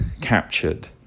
captured